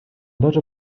даже